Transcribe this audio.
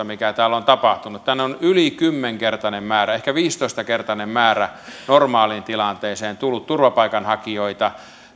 mikä täällä on tapahtunut tänne on yli kymmenkertainen määrä ehkä viisitoistakertainen määrä normaaliin tilanteeseen verrattuna tullut turvapaikanhakijoita